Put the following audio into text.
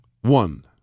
One